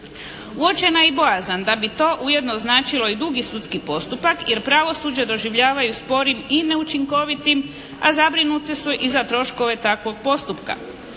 Uočena je i bojazan da bi to ujedno značilo i dugi sudski postupak jer pravosuđe doživljavaju sporim i neučinkovitim a zabrinute su i za troškove takvog postupka.